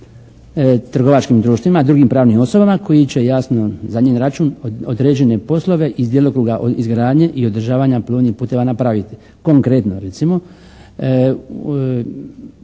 trgovačkim društvima, drugim pravnim osobama koji će jasno za njen račun određene poslove iz djelokruga izgradnje i održavanja plovnih putova napraviti. Konkretno recimo